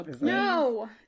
No